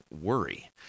worry